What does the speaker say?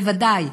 בוודאי,